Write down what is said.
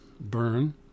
burn